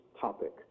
topic